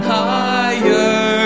higher